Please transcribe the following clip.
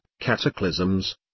cataclysms